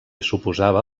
suposava